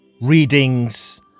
readings